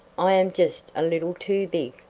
i am just a little too big,